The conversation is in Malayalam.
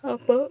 അപ്പം